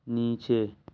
نیچے